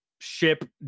ship